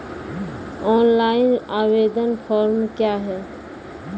Online आवेदन form क्या हैं?